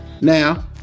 now